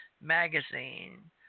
Magazine